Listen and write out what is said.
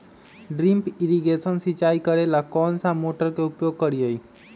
Drip irrigation सिंचाई करेला कौन सा मोटर के उपयोग करियई?